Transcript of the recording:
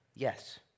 Yes